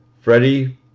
Freddie